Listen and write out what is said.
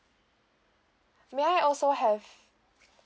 may I also have